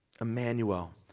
Emmanuel